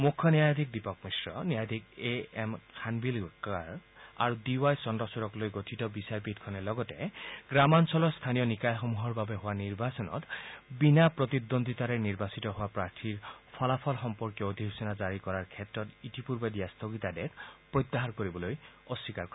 মুখ্য ন্যায়াধীশ দীপক মিশ্ৰ ন্যায়াধীশ এ এম খানৱিলকাৰ আৰু ডি ৱাই চন্দ্ৰচড়কলৈ গঠিত বিচাৰপীঠখনে লগতে গ্ৰামাঞ্চলৰ স্থানীয় নিকায়সমূহৰ বাবে হোৱা নিৰ্বাচনত বিনা প্ৰতিন্দন্দ্বিতাৰে নিৰ্বাচিত হোৱা প্ৰাৰ্থীৰ ফলাফল সম্পৰ্কীয় অধিসচনা জাৰিৰ ক্ষেত্ৰত ইতিপূৰ্বে দিয়া স্থগিতাদেশ প্ৰত্যাহাৰ কৰিবলৈ অস্বীকাৰ কৰে